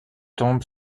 tombe